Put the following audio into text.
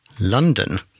London